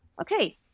okay